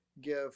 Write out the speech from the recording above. give